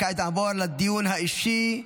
כעת נעבור לדיון האישי.